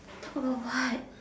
talk about what